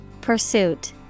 Pursuit